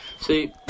See